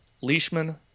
Leishman